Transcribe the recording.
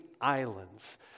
islands